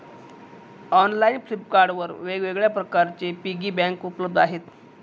online Flipkart वर वेगवेगळ्या प्रकारचे पिगी बँक उपलब्ध आहेत